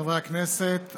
חברי הכנסת,